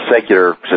secular